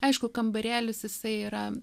aišku kambarėlis jisai yra